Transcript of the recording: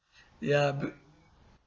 ya but